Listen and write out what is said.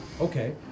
Okay